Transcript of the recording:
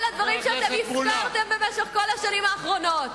כל הדברים שאתם הפקרתם במשך כל השנים האחרונות.